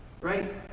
right